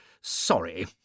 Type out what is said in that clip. Sorry